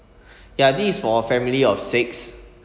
ya this is for family of six